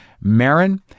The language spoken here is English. MARIN